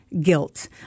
guilt